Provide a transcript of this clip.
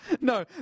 No